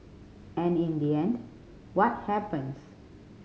and in the end what happens